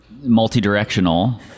multi-directional